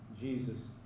Jesus